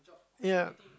ya